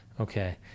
Okay